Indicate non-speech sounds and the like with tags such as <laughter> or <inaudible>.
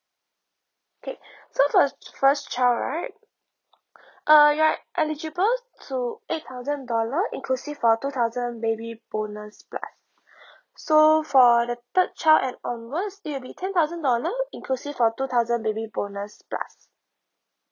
K <breath> so for first child right uh you're eligible to eight thousand dollar inclusive of two thousand baby bonus plus so for the third child and onwards it'll be ten thousand dollar inclusive of two thousand baby bonus plus